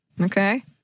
Okay